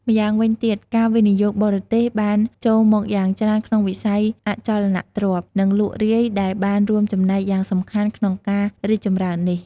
ម្យ៉ាងវិញទៀត ការវិនិយោគបរទេសបានចូលមកយ៉ាងច្រើនក្នុងវិស័យអចលនទ្រព្យ និងលក់រាយដែលបានរួមចំណែកយ៉ាងសំខាន់ក្នុងការរីកចម្រើននេះ។